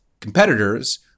competitors